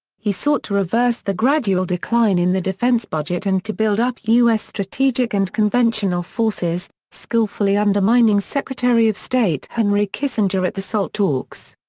he sought to reverse the gradual decline in the defense budget and to build up u s. strategic and conventional forces, skillfully undermining secretary of state henry kissinger at the salt talks.